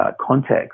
context